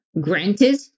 granted